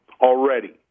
already